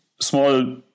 small